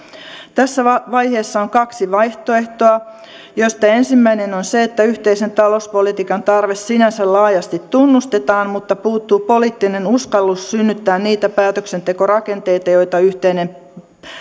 tässä vaiheessa on kaksi vaihtoehtoa joista ensimmäinen on se että yhteisen talouspolitiikan tarve sinänsä laajasti tunnustetaan mutta puuttuu poliittinen uskallus synnyttää niitä päätöksentekorakenteita joita yhteinen